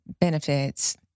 benefits